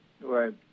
Right